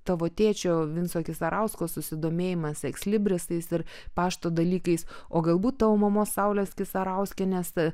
tavo tėčio vinco kisarausko susidomėjimas ekslibrisais ir pašto dalykais o galbūt tavo mamos saulės kisarauskienės